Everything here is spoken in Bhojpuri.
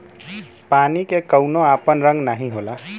पानी के कउनो आपन रंग नाही होला